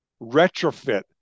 retrofit